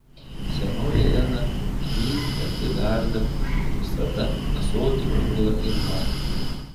senoji lena jį pati verda ir visada ąsotį pripila ir man